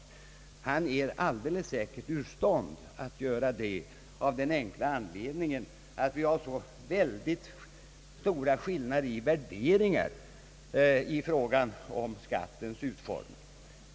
Det är herr Lundberg alldeles säkert ur stånd att göra, av den enkla anledningen att vi har så stora skillnader i värderingar när det gäller skatternas utformning.